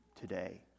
today